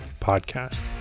podcast